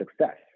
success